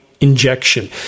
injection